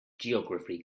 geography